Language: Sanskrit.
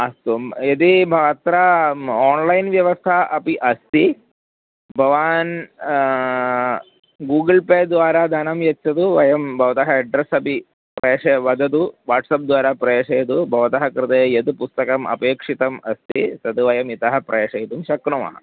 अस्तुं यदि भ अत्र आन्लैन् व्यवस्था अपि अस्ति भवान् गूगल् पे द्वारा धनं यच्छतु वयं भवतः अड्रेस् अपि प्रेषय वदतु वाट्सप् द्वारा प्रेषयतु भवतः कृते यद् पुस्तकम् अपेक्षितम् अस्ति तद् वयम् इतः प्रेषयितुं शक्नुमः